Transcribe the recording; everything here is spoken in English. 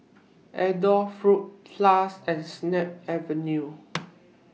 Adore Fruit Plus and Snip Avenue